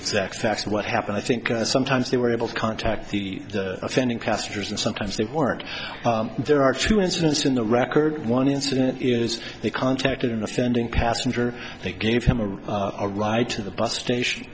exact facts of what happened i think sometimes they were able to contact the offending passengers and sometimes they work there are two incidents in the record one incident is they contacted an offending passenger they gave him a ride to the bus station